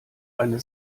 eine